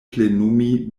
plenumi